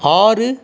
ஆறு